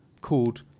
called